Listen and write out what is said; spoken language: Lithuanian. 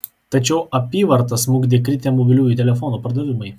tačiau apyvartą smukdė kritę mobiliųjų telefonų pardavimai